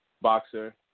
boxer